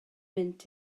mynd